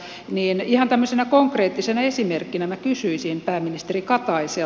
ihan tämmöisenä konkreettisena esimerkkinä minä kysyisin pääministeri kataisen